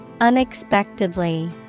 unexpectedly